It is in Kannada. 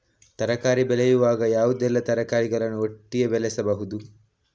ತರಕಾರಿ ಬೆಳೆಯುವಾಗ ಯಾವುದೆಲ್ಲ ತರಕಾರಿಗಳನ್ನು ಒಟ್ಟಿಗೆ ಬೆಳೆಸಬಹುದು?